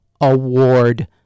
award